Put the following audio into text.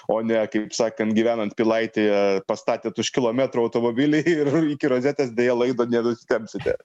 o ne kaip sakant gyvenant pilaitėje pastatėt už kilometro automobilį ir iki rozetės deja laido nenusitempsite